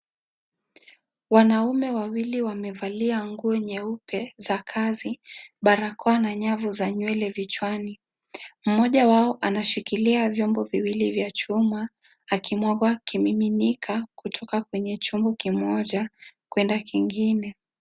Wanaume wawili wamevalia nguo nyeupe za kazi, barakoa na nyavu za nywele vichwani. Mmoja wao anashikilia vyombo viwili vya chuma akimwaga kimiminika kutoka kwenye chombo kimoja kwenda kingine.